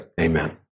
Amen